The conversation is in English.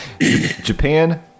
Japan